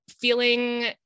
feeling